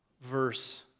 verse